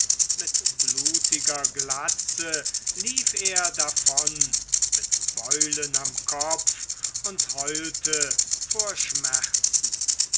mit blutiger glatze lief er davon mit beulen am kopf und heulte vor schmerzen